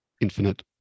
infinite